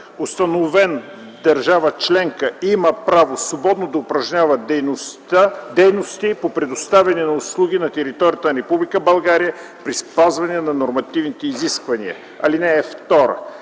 установен в държава членка, има право свободно да упражнява дейности по предоставяне на услуги на територията на Република България при спазване на нормативните изисквания. (2) При